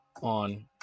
on